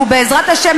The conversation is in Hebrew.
ובעזרת השם,